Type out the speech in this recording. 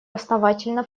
основательно